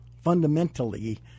fundamentally